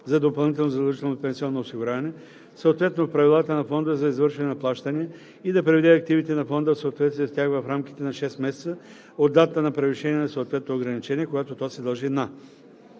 за допълнително задължително пенсионно осигуряване, съответно в правилата на фонда за извършване на плащания, и да приведе активите на фонда в съответствие с тях в рамките на 6 месеца от датата на превишение на съответното ограничение, когато то се дължи на: